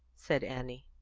said annie.